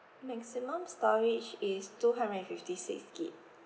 maximum storage is two hundred and fifty six G_B